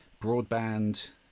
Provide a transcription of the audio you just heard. broadband